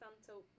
Santa